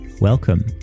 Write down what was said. Welcome